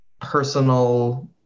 personal